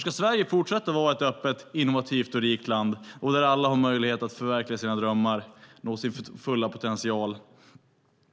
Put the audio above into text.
Ska Sverige fortsätta att vara ett öppet, innovativt och rikt land där alla har möjlighet att förverkliga sina drömmar och nå sin fulla potential,